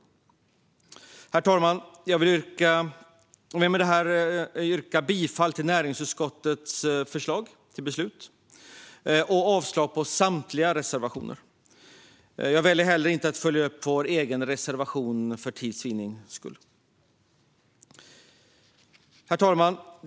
Herr talman! Jag vill med detta yrka bifall till näringsutskottets förslag till beslut och avslag på samtliga reservationer. För tids vinnande väljer jag att inte följa upp vår egen reservation. Herr talman!